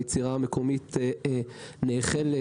היצירה המקומית נאכלת,